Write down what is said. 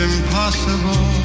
impossible